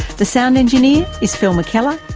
the sound engineer is phil mackellar.